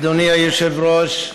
אדוני היושב-ראש,